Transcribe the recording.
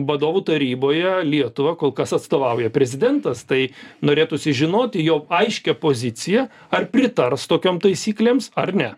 vadovų taryboje lietuvą kol kas atstovauja prezidentas tai norėtųsi žinoti jo aiškią poziciją ar pritars tokiom taisyklėms ar ne